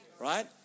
right